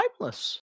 timeless